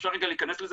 אפשר רגע להיכנס לזה,